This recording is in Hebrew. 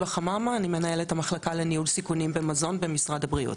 אני מנהלת המחלקה לניהול סיכונים במזון במשרד הבריאות.